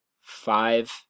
five